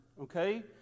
okay